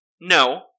No